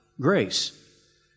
grace